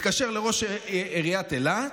מתקשר לראש עיריית אילת.